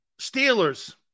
Steelers